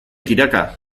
tiraka